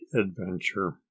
Adventure